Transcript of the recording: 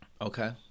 Okay